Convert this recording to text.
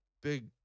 big